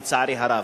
לצערי הרב,